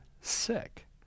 sick